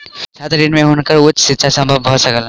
छात्र ऋण से हुनकर उच्च शिक्षा संभव भ सकलैन